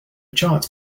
chart